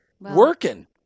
Working